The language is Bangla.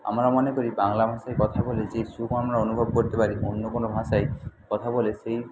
আমরা মনে করি বাংলা ভাষায় কথা বলে যে সুখ আমরা অনুভব করতে পারি অন্য কোন ভাষায় কথা বলে সেই